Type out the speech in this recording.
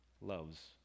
loves